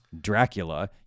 dracula